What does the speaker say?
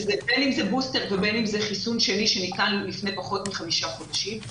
בין אם זה בוסטר ובין אם זה חיסון שני שניתן לפני פחות מחמישה חודשים,